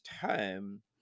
time